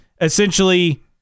essentially